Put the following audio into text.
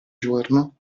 giorno